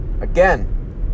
Again